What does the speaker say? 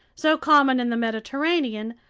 so common in the mediterranean,